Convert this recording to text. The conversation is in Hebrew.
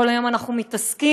כל היום אנחנו מתעסקים